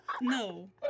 No